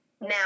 Now